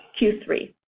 Q3